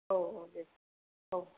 औ औ दे औ